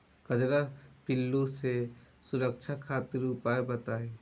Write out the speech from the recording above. कजरा पिल्लू से सुरक्षा खातिर उपाय बताई?